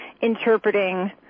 interpreting